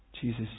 Jesus